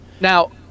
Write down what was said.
Now